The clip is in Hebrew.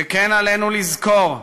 שכן עלינו לזכור: